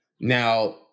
Now